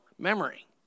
memory